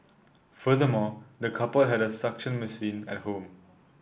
furthermore the couple had a suction machine at home